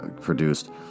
produced